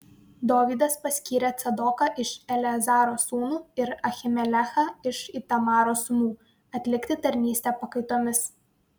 dovydas paskyrė cadoką iš eleazaro sūnų ir ahimelechą iš itamaro sūnų atlikti tarnystę pakaitomis